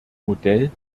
modell